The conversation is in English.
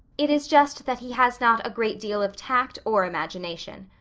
it is just that he has not a great deal of tact or imagination.